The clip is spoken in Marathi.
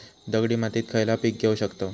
दगडी मातीत खयला पीक घेव शकताव?